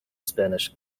spanish